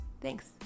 Thanks